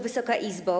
Wysoka Izbo!